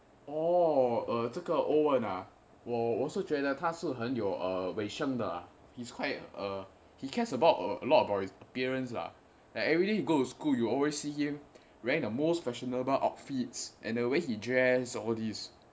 哦哦这个 owen 呢我我是觉得他是很有卫生的 he's quite err he cares about his appearance lah like everyday you go to school you always see him wearing the most fashionable outfits and the way he dressed all these